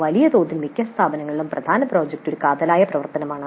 വലിയതോതിൽ മിക്ക സ്ഥാപനങ്ങളിലും പ്രധാന പ്രോജക്റ്റ് ഒരു കാതലായ പ്രവർത്തനമാണ്